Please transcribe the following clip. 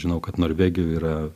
žinau kad norvegijoj yra